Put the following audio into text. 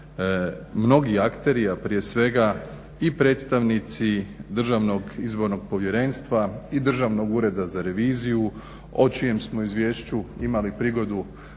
mnogi akteri a prije svega i predstavnici Državnog izbornog povjerenstva i Državnog ureda za reviziju, o čijem smo izvješću imali prigodu